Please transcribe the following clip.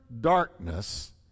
darkness